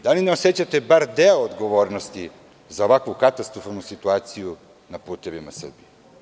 Da li ne osećate bar deo odgovornosti za ovakvu katastrofalnu situaciju na putevima Srbije?